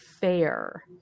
fair